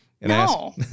no